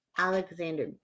Alexander